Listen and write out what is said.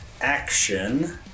action